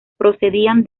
procedían